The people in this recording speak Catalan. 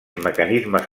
mecanismes